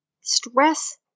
Stress